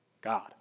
god